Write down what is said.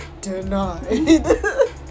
denied